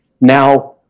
Now